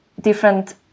different